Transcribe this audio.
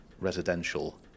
residential